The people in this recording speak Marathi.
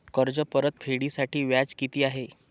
कर्ज परतफेडीसाठी व्याज किती आहे?